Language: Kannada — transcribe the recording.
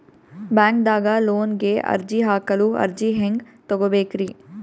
ಬ್ಯಾಂಕ್ದಾಗ ಲೋನ್ ಗೆ ಅರ್ಜಿ ಹಾಕಲು ಅರ್ಜಿ ಹೆಂಗ್ ತಗೊಬೇಕ್ರಿ?